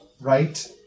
Right